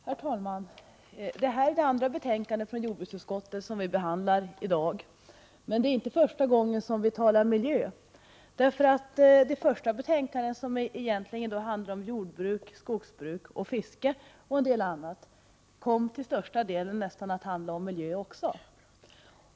Herr talman! Det här är det andra betänkande från jordbruksutskottet som vi behandlar i dag. Det är dock inte första gången som vi talar om miljön. Diskussionen om det första betänkandet — som egentligen handlar om jordbruk, skogsbruk och fiske — kom nästan till största delen att handla om miljön.